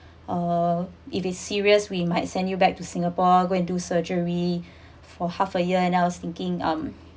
uh if it's serious we might send you back to singapore go and do surgery for half a year and I was thinking um